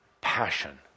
passion